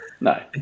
No